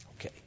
Okay